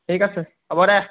ঠিক আছে হ'ব দে